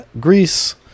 Greece